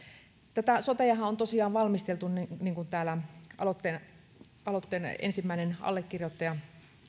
tätä soteahan on tosiaan valmisteltu niin kuin täällä aloitteen aloitteen ensimmäinen allekirjoittaja